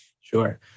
Sure